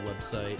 website